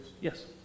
Yes